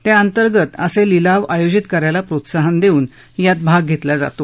त्या अंतर्गत असे लिलाव आयोजित करायला प्रोत्साहन देउन यात भाग घेतला जातो